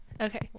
Okay